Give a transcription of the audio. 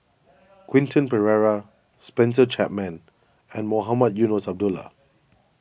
Quentin Pereira Spencer Chapman and Mohamed Eunos Abdullah